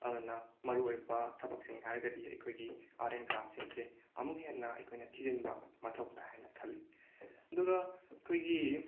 ꯑꯗꯨꯅ ꯃꯔꯨꯑꯣꯏꯕ ꯊꯕꯛꯁꯤꯡ ꯍꯥꯏꯔꯒꯗꯤ ꯑꯩꯈꯣꯏꯒꯤ ꯑꯥꯔꯠ ꯑꯦꯟ ꯒ꯭ꯔꯥꯐꯁꯤꯡꯁꯤ ꯑꯃꯨꯛ ꯍꯦꯟꯅ ꯑꯩꯈꯣꯏꯅ ꯊꯤꯖꯤꯟꯕ ꯃꯊꯧ ꯇꯥꯏ ꯍꯥꯏꯅ ꯈꯜꯂꯤ ꯑꯗꯨꯒ ꯑꯩꯈꯣꯏꯒꯤ